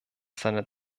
seiner